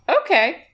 Okay